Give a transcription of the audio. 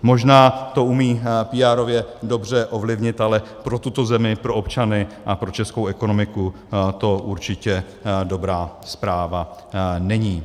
Možná to umí píárově dobře ovlivnit, ale pro tuto zemi, pro občany a pro českou ekonomiku to určitě dobrá zpráva není.